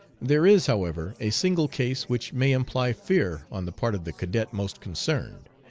there is, however, a single case which may imply fear on the part of the cadet most concerned.